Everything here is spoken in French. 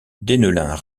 deneulin